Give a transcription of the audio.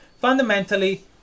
fundamentally